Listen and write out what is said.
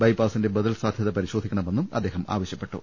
ബൈപ്പാസിന്റെ ബദൽ സാധൃത പരിശോധിക്കണമെന്നും അദ്ദേഹം ആവശ്യപ്പെട്ടു